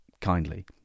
kindly